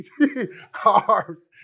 carbs